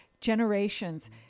generations